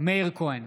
מאיר כהן,